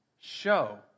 show